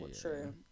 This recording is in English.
true